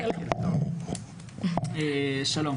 שלום,